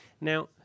Now